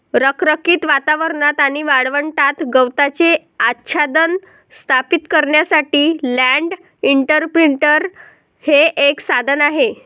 रखरखीत वातावरणात आणि वाळवंटात गवताचे आच्छादन स्थापित करण्यासाठी लँड इंप्रिंटर हे एक साधन आहे